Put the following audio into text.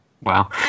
Wow